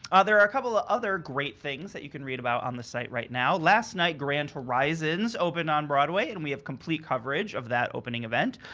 are a couple of other great things that you can read about on the site right now. last night grand horizons opened on broadway and we have complete coverage of that opening event.